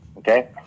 Okay